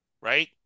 right